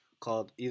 called